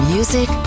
Music